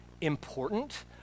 important